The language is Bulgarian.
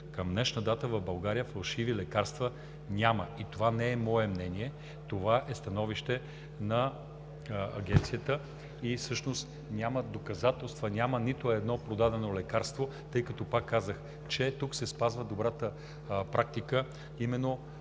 към днешна дата в България фалшиви лекарства няма. Това не е мое мнение, това е становище на Агенцията. Всъщност нямат доказателства и няма нито едно продадено лекарство, тъй като, както казах, тук се спазва добрата практика, а именно